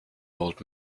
old